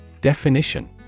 Definition